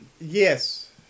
Yes